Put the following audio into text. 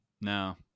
No